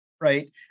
right